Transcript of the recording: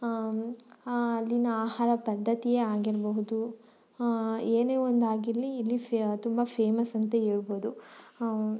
ಅಲ್ಲಿನ ಆಹಾರ ಪದ್ಧತಿಯೇ ಆಗಿರಬಹುದು ಏನೇ ಒಂದು ಆಗಿರಲಿ ಇಲ್ಲಿ ಫೆ ತುಂಬ ಫೇಮಸ್ ಅಂತ ಹೇಳ್ಬೋದು